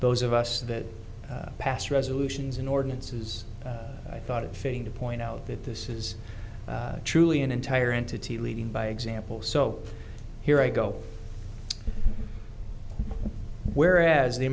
those of us that pass resolutions in ordinances i thought it fitting to point out that this is truly an entire entity leading by example so here i go whereas the